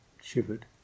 shivered